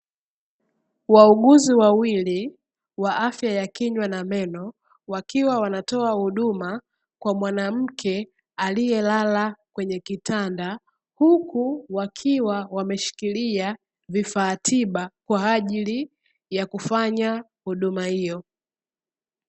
Wauguzi wawili, wa afya ya kinywa na meno wakiwa wanatoa huduma kwa mwanamke aliyelala kwenye kitanda, huku wakiwa wameshikilia vifaa tiba kwa ajili ya kufanya huduma hiyo.